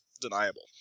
deniable